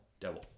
Devil